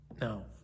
No